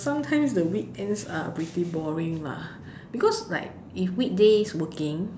sometimes the weekends are pretty boring lah because like if weekdays working